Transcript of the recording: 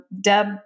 Deb